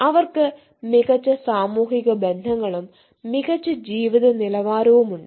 അവർക്ക് മികച്ച സാമൂഹിക ബന്ധങ്ങളും മികച്ച ജീവിത നിലവാരവുമുണ്ട്